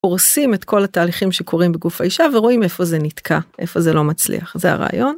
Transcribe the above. הורסים את כל התהליכים שקורים בגוף האישה ורואים איפה זה נתקע, איפה זה לא מצליח, זה הרעיון.